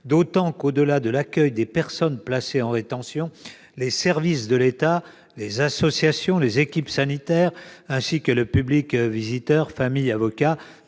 d'autant qu'au-delà de l'accueil des personnes placées en rétention, les services de l'État, les associations, les équipes sanitaires, ainsi que le public visiteur- famille, avocats